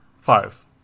five